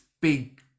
big